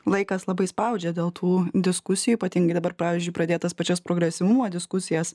laikas labai spaudžia dėl tų diskusijų ypatingai dabar pavyzdžiui pradėtas pačias progresyvumo diskusijas